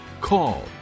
call